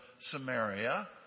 Samaria